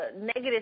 negative